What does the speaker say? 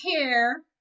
care